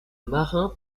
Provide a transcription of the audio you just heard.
marin